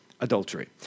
adultery